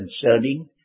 concerning